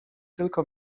tylko